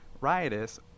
riotous